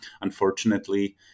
Unfortunately